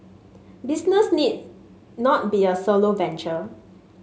business need not be a solo venture